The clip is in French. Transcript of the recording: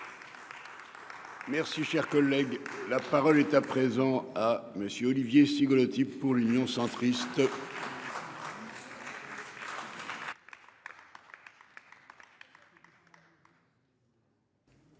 Merci, cher collègue, la parole est à présent monsieur Olivier Cigolotti pour l'Union centriste.